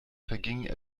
vergingen